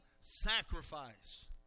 sacrifice